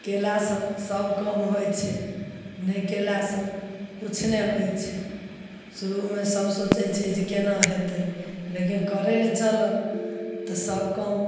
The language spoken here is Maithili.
कयलासँ सब काम होइ छै नहि कयलासँ कुछ नहि होइ छै शुरूमे सब सोचय छै जे केना हेतय लेकिन करय लए चलल तऽ सब काम